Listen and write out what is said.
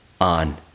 on